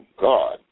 God